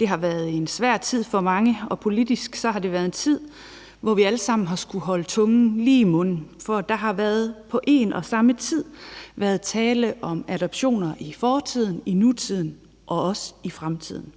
Det har været en svær tid for mange, og politisk har det været en tid, hvor vi alle sammen har skullet holde tungen lige i munden, for der har på en og samme tid været tale om adoptioner i fortiden, i nutiden og også i fremtiden.